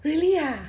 really ah